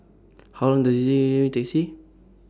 How Long Does IT Taxi